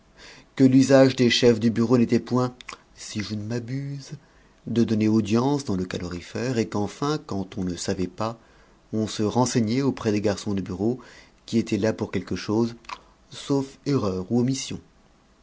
que l'usage des chefs de bureau n'était point si je ne m'abuse de donner audience dans le calorifère et qu'enfin quand on ne savait pas on se renseignait auprès des garçons de bureau qui étaient là pour quelque chose sauf erreur ou omission